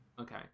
Okay